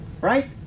Right